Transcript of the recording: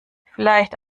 vielleicht